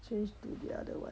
change to the other what